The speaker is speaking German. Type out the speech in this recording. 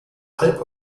halb